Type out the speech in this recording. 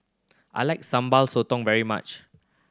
I like Sambal Sotong very much